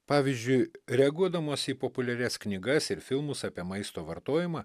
pavyzdžiui reaguodamos į populiarias knygas ir filmus apie maisto vartojimą